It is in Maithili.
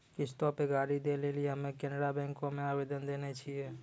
किश्तो पे गाड़ी दै लेली हम्मे केनरा बैंको मे आवेदन देने छिये